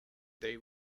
they